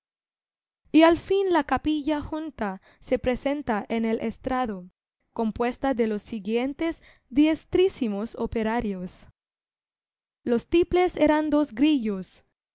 y al fin la capilla junta se presenta en el estrado compuesta de los siguientes diestrísimos operarios los tiples eran dos grillos